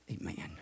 Amen